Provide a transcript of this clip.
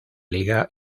liga